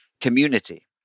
community